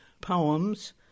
poems